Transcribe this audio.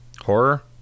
Horror